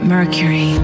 Mercury